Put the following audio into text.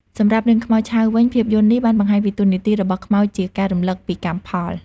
សម្រាប់រឿងខ្មោចឆៅវិញ ភាពយន្តនេះបានបង្ហាញពីតួនាទីរបស់ខ្មោចជា ការរំលឹកពីកម្មផល។